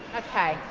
okay,